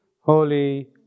Holy